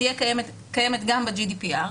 קיימת גם ב-GDPR,